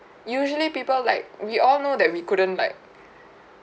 usually people like we all know that we couldn't like